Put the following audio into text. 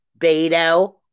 Beto